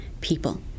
people